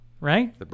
Right